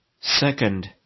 Second